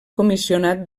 comissionat